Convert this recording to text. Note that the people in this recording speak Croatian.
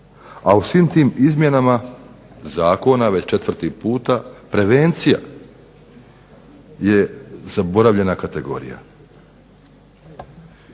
A u svim tim izmjenama zakona već četvrti puta prevencija je zaboravljena kategorija.